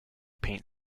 paint